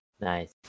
Nice